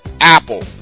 Apple